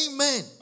Amen